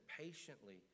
patiently